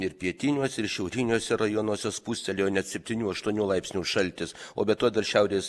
ir pietiniuose ir šiauriniuose rajonuose spustelėjo net septynių aštuonių laipsnių šaltis o be to dar šiaurės